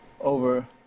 over